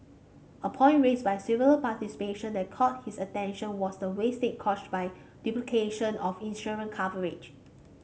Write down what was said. a point raised by several participation that caught his attention was the wastage caused by duplication of insurance coverage